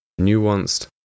nuanced